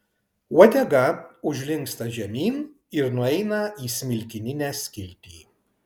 uodega užlinksta žemyn ir nueina į smilkininę skiltį